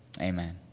Amen